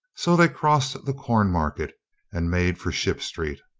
so they crossed the corn market and made for ship street.